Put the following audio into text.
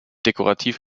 dekorativ